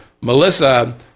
Melissa